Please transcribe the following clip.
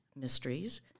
mysteries